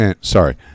sorry